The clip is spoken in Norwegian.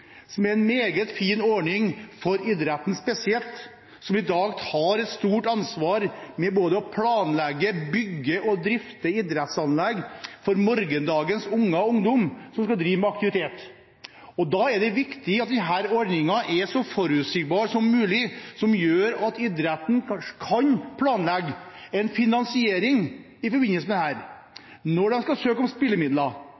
en meget fin ordning for idretten spesielt, som i dag tar et stort ansvar med både å planlegge, bygge og drifte idrettsanlegg for morgendagens unger og ungdom som skal drive med aktivitet. Da er det viktig at denne ordningen er så forutsigbar som mulig, slik at idretten kanskje kan planlegge en finansiering i forbindelse med dette. Når de skal søke om spillemidler,